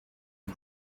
and